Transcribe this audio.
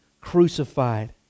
crucified